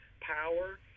power